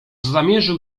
zamierzył